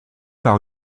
par